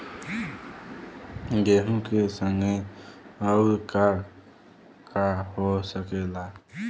गेहूँ के संगे अउर का का हो सकेला?